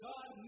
God